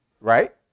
right